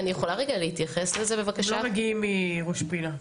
הם לא מגיעים מראש פינה.